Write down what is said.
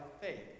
faith